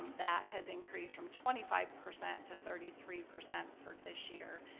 that has increased from twenty five percent to thirty three percent for this year,